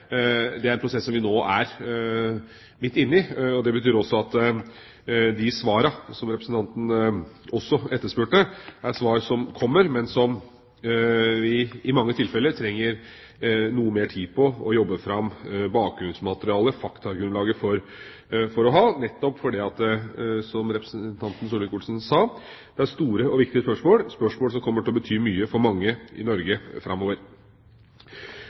Det er en prosess som vi nå er midt inne i. Det betyr også at de svarene som representanten også etterspurte, er svar som kommer, men som vi i mange tilfeller trenger noe mer tid på å jobbe fram bakgrunnsmaterialet, faktagrunnlaget, for – nettopp fordi, som representanten Solvik-Olsen sa, det er store og viktige spørsmål, spørsmål som kommer til å bety mye for mange i Norge framover.